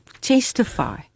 testify